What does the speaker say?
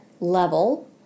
level